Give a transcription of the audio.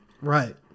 Right